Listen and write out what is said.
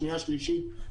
שנייה ושלישית,